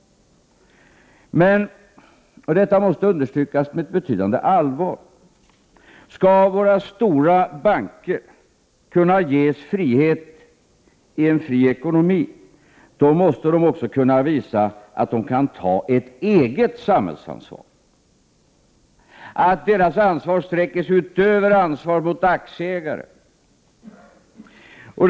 Men — och detta måste understrykas med ett betydande allvar — skall våra stora banker kunna ges frihet i en fri ekonomi måste de också visa att de kan ta ett eget samhällsansvar, att deras ansvar sträcker sig utöver ansvaret mot aktieägarna.